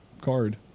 card